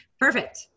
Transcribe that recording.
Perfect